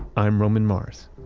i'm roman mars.